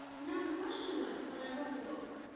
now, the question was, when i wrote the book,